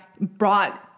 brought